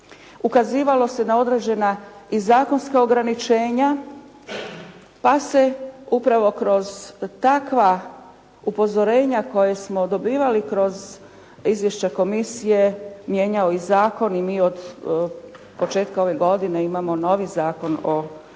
ukazivalo se na određena i zakonska ograničenja, pa se upravo kroz takva upozorenja koja smo dobivali kroz izvješća komisije mijenjao i zakon i mi od početka ove godine imamo novi Zakon o javnoj